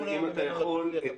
אם אתה יכול,